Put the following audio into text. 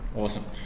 Awesome